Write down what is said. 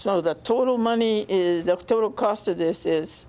so the total money the total cost of this is